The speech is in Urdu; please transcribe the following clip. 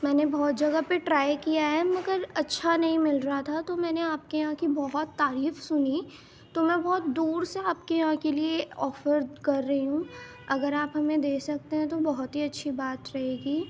میں نے بہت جگہ پہ ٹرائی کیا ہے مگر اچھا نہیں مل رہا تھا تو میں نے آپ کے یہاں کی بہت تعریف سنی تو میں بہت دور سے آپ کے یہاں کے لیے آفر کر رہی ہوں اگر آپ ہمیں دے سکتے ہیں تو بہت ہی اچھی بات رہے گی